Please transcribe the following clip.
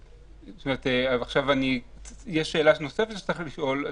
יש שאלה נוספת שצריך לשאול.